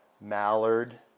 Mallard